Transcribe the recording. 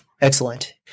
Excellent